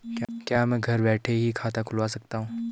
क्या मैं घर बैठे ही खाता खुलवा सकता हूँ?